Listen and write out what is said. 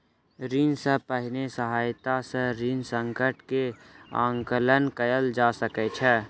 ऋण सॅ पहिने सहायता सॅ ऋण संकट के आंकलन कयल जा सकै छै